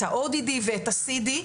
את ה-ODD ואת ה-CD,